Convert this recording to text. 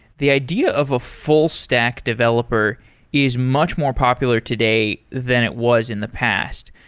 the idea of a full-stack developer is much more popular today than it was in the past.